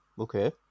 Okay